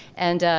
and.